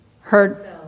Heard